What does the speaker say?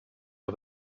are